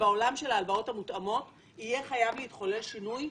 בעולם של ההלוואות המותאמות יהיה חייב להתחולל שינוי,